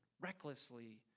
recklessly